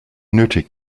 nötig